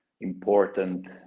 important